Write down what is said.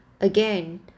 again